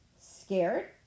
Scared